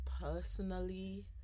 personally